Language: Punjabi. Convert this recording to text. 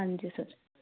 ਹਾਂਜੀ ਸਰ